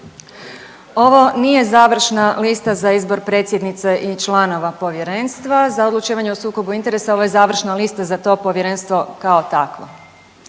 Ovo nije završna lista za izbor predsjednice i članova Povjerenstva za odlučivanje o sukobu interesa, ovo je završna lista za to Povjerenstvo kao takva.